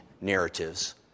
narratives